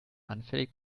anfällig